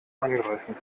angreifen